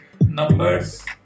numbers